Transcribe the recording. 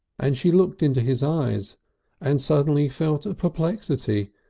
and she looked into his eyes and suddenly felt a perplexity,